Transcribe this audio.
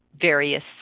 various